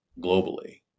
globally